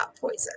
poison